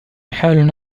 حال